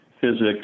physics